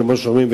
כמו שאומרים,